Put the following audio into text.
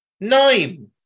Nine